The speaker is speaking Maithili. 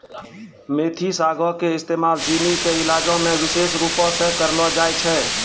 मेथी सागो के इस्तेमाल चीनी के इलाजो मे विशेष रुपो से करलो जाय छै